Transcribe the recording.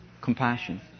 Compassion